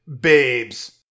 Babes